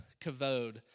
kavod